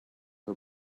her